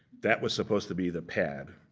that was supposed to be the pad,